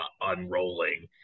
unrolling